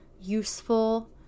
useful